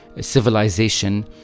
civilization